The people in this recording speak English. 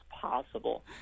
possible